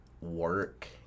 work